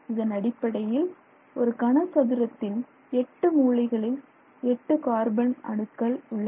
இதனடிப்படையில் ஒரு கனசதுரத்தின் 8 மூலைகளில் எட்டு கார்பன் அணுக்கள் உள்ளன